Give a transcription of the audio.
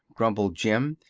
grumbled jim,